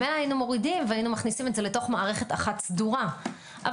מילא היינו מורידים ומכניסים למערכת סדורה אחת אבל